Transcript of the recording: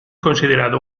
considerado